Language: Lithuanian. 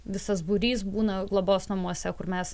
visas būrys būna globos namuose kur mes